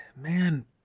man